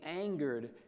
angered